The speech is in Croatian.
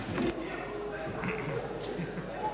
Hvala.